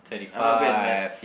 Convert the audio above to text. I'm not good at maths